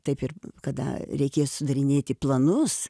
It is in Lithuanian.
taip ir kada reikės sudarinėti planus